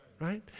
right